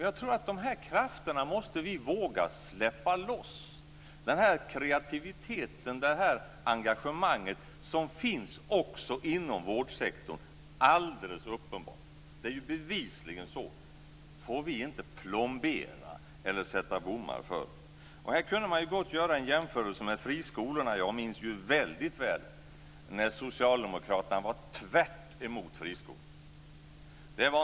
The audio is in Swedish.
Jag tror att vi måste våga släppa loss de här krafterna. Den här kreativiteten och det här engagemanget, som alldeles uppenbart finns också inom vårdsektorn - det är bevisligen så - får vi inte plombera eller sätta bommar för. Man kunde här gott göra en jämförelse med friskolorna. Jag minns väldigt väl när socialdemokraterna var tvärt emot friskolor.